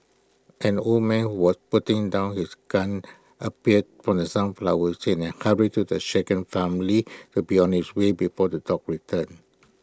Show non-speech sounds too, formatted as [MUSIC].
an old man was putting down his gun appeared from the sunflower [UNINTELLIGIBLE] hurried the shaken family to be on his way before the dogs return